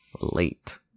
late